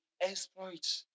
exploit